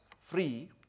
free